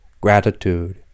gratitude